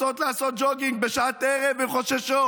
רוצות לעשות ג'וגינג בשעת ערב, הן חוששות.